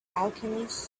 alchemist